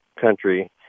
country